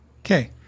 Okay